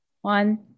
one